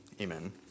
amen